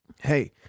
hey